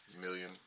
million